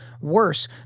worse